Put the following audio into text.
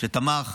שתמך.